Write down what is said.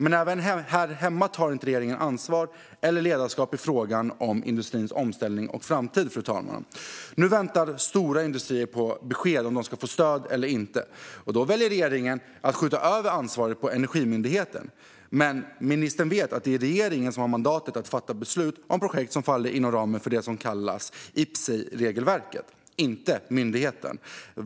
Inte heller här hemma, fru talman, tar regeringen ansvar eller ledarskap i frågan om industrins omställning och framtid. Nu väntar stora industrier på besked om de ska få stöd eller inte, och då väljer regeringen att skjuta över ansvaret till Energimyndigheten. Men ministern vet att det är regeringen och inte myndigheten som har mandatet att fatta beslut om projekt som faller inom ramen för det så kallade IPCEI-regelverket.